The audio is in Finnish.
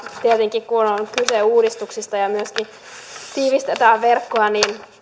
tietenkin kun on on kyse uudistuksista ja myöskin tiivistetään verkkoa